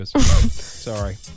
Sorry